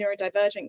neurodivergent